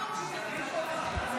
אפשר לראות אותה?